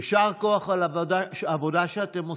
יישר כוח על העבודה שאתם עושים,